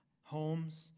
homes